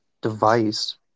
device